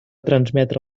transmetre